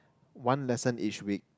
one lesson each week